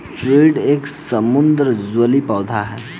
seaweed एक समुद्री जलीय पौधा है